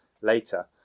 later